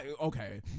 Okay